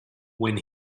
when